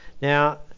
Now